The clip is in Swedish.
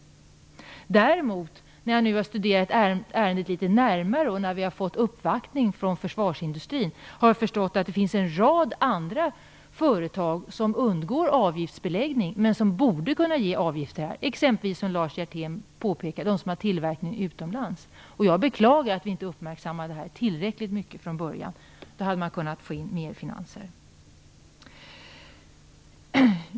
Efter att ha studerat ärendet litet närmare och efter försvarsindustrins uppvaktning förstår jag att det finns en rad företag som undgår avgiftsbeläggning men som borde kunna erlägga avgifter här. Det gäller exempelvis, som Lars Hjertén påpekade, företag som har tillverkning utomlands. Jag beklagar att vi inte uppmärksammade detta tillräckligt mycket redan i början, för då hade det gått att få in mera finansiellt.